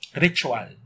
ritual